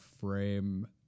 frame